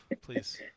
please